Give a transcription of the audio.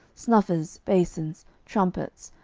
snuffers, basons, trumpets,